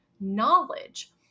knowledge